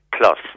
plus